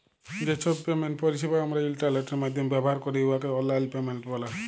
যে ছব পেমেন্ট পরিছেবা আমরা ইলটারলেটের মাইধ্যমে ব্যাভার ক্যরি উয়াকে অললাইল পেমেল্ট ব্যলে